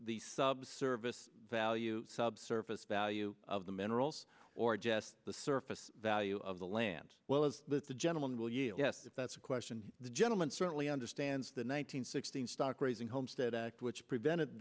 the subsurface value subsurface value of the minerals or just the surface value of the land well as the gentleman will yes if that's a question the gentleman certainly understands the ny nine hundred sixteen stock raising homestead act which prevented